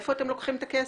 מאיפה אתם לוקחים את הכסף?